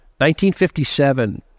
1957